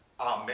Amen